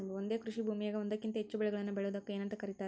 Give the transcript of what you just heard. ಒಂದೇ ಕೃಷಿ ಭೂಮಿಯಾಗ ಒಂದಕ್ಕಿಂತ ಹೆಚ್ಚು ಬೆಳೆಗಳನ್ನ ಬೆಳೆಯುವುದಕ್ಕ ಏನಂತ ಕರಿತಾರಿ?